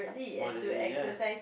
moderately ya